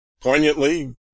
poignantly